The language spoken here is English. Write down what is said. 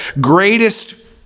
greatest